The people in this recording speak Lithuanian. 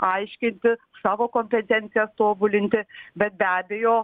aiškinti savo kompetencijas tobulinti bet be abejo